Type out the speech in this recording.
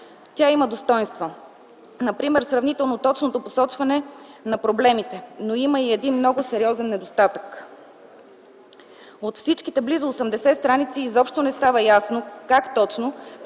Тя има достойнства. Например сравнително точното посочване на проблемите. Но има и един много сериозен недостатък – от всички близо 80 стр. изобщо не става ясно как точно, с какви